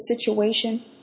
situation